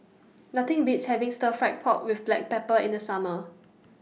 Nothing Beats having Stir Fried Pork with Black Pepper in The Summer